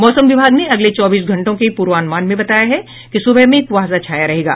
मौसम विभाग ने अगले चौबीस घंटो के पूर्वानुमान में बताया है कि सुबह में कुहासा छाया रहेगा